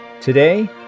Today